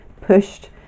pushed